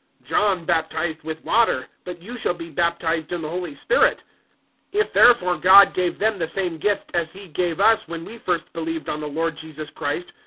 john baptized with water, but you shall be baptized in the holy spirit if therefore god gave them the same gift as he gave us when we first believed on the lord jesus christ,